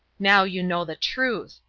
now you know the truth,